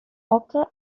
occur